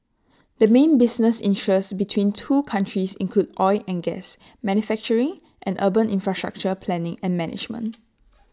the main business interests between the two countries include oil and gas manufacturing and urban infrastructure planning and management